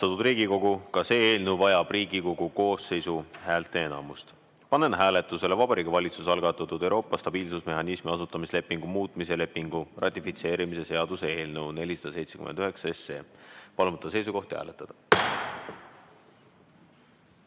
Austatud Riigikogu! Ka see eelnõu vajab Riigikogu koosseisu häälteenamust. Panen hääletusele Vabariigi Valitsuse algatatud Euroopa stabiilsusmehhanismi asutamislepingu muutmise lepingu ratifitseerimise seaduse eelnõu 479. Palun võtta seisukoht ja hääletada!